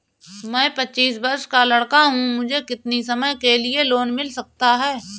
मैं पच्चीस वर्ष का लड़का हूँ मुझे कितनी समय के लिए लोन मिल सकता है?